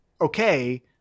Okay